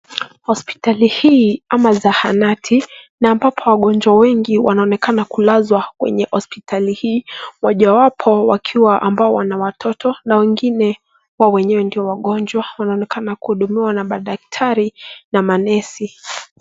Hospitali hii ama zahanati na ambapo wagonja wengi wanaonekana kulazwa kwenye hospitali hii wojawapo wakiwa ambao wana watoto na wengine kuwa wenyewe ndo wagonjwa wanaonekana kuhudumiwa na madaktari na manesi.